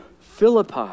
Philippi